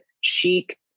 chic